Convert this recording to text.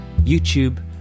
YouTube